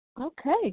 Okay